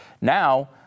Now